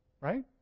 Right